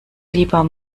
lieber